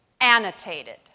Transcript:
annotated